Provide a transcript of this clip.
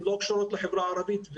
הן לא קשורות לחברה הערבית.